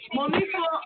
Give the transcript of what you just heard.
Monica